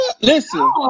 listen